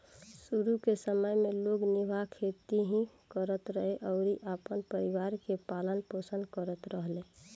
शुरू के समय में लोग निर्वाह खेती ही करत रहे अउरी अपना परिवार के पालन पोषण करत रहले